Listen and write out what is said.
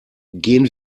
gehen